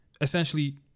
essentially